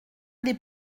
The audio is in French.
des